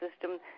system